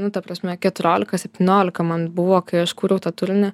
nu ta prasme keturiolika septyniolika man buvo kai aš kūriau tą turinį